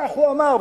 כך הוא אמר,